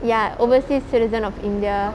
ya overseas citizen of india